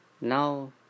Now